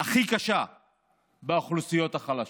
הכי קשה באוכלוסיות החלשות.